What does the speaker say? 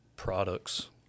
products